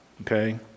okay